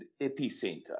epicenter